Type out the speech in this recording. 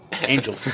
Angel